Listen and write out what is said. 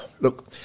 Look